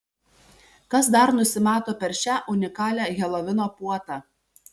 kas dar nusimato per šią unikalią helovino puotą